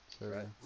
Right